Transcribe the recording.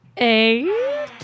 eight